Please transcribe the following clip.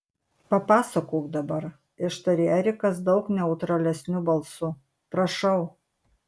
papasakok dabar ištarė erikas daug neutralesniu balsu prašau